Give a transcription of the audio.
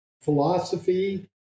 philosophy